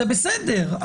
זה בסדר.